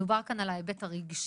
דובר כאן על ההיבט הרגשי,